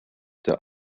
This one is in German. der